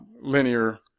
linear